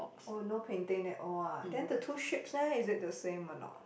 oh no painting at all ah then the two ships leh is it the same or not